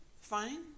fine